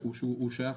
הוא שייך